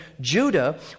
Judah